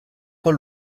con